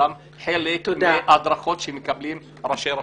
חלק מההדרכות שמקבלים ראשי רשויות.